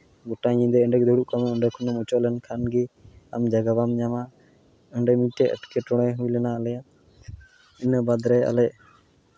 ᱜᱚᱴᱟ ᱧᱤᱫᱟᱹ ᱮᱸᱰᱮ ᱜᱮ ᱫᱩᱲᱩᱵ ᱠᱚᱜ ᱢᱮ ᱚᱸᱰᱮ ᱠᱷᱚᱱᱮᱢ ᱚᱪᱚᱜ ᱞᱮᱱ ᱠᱷᱟᱱ ᱜᱮ ᱟᱢ ᱡᱟᱭᱜᱟ ᱵᱟᱢ ᱧᱟᱢᱟ ᱚᱸᱰᱮ ᱢᱤᱫᱴᱮᱡ ᱮᱴᱠᱮᱴᱚᱬᱮ ᱦᱩᱭ ᱞᱮᱱᱟ ᱟᱞᱮᱭᱟᱜ ᱤᱱᱟᱹ ᱵᱟᱫᱽ ᱨᱮ ᱟᱞᱮ